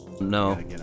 No